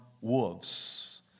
wolves